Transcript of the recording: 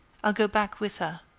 i'll go back with her.